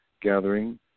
Gathering